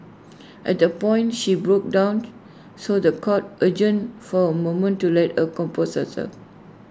at that point she broke down so The Court adjourned for A moment to let her compose herself